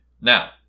Now